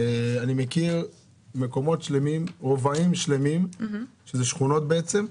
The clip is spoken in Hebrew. שאני מכיר רובעים שלמים שזה שכונות בעצם,